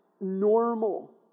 normal